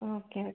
okay